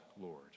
Lord